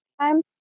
time